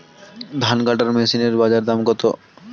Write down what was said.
ধান কাটার মেশিন এর বাজারে দাম কতো?